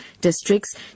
districts